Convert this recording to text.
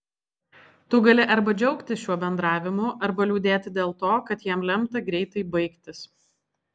tu gali arba džiaugtis šiuo bendravimu arba liūdėti dėl to kad jam lemta greitai baigtis